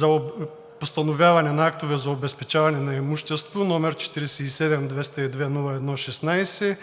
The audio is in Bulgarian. и постановяване на актове за обезпечаване на имущество, № 47-202-01-16,